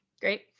Great